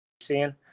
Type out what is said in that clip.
seeing